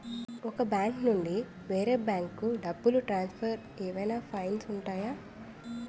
ఒక బ్యాంకు నుండి వేరే బ్యాంకుకు డబ్బును ట్రాన్సఫర్ ఏవైనా ఫైన్స్ ఉంటాయా?